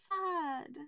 sad